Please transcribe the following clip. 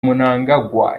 mnangagwa